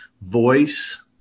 voice